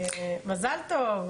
מזל טוב,